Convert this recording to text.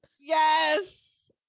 Yes